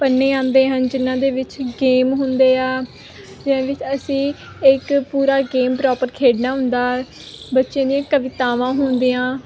ਪੰਨੇ ਆਉਂਦੇ ਹਨ ਜਿਨ੍ਹਾਂ ਦੇ ਵਿੱਚ ਗੇਮ ਹੁੰਦੇ ਆ ਜਿਹਦੇ ਵਿੱਚ ਅਸੀਂ ਇੱਕ ਪੂਰਾ ਗੇਮ ਪ੍ਰੋਪਰ ਖੇਡਣਾ ਹੁੰਦਾ ਬੱਚੇ ਦੀਆਂ ਕਵਿਤਾਵਾਂ ਹੁੰਦੀਆਂ